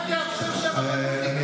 רק תאפשר שהרבנות תקבע,